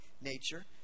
nature